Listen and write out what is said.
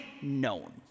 known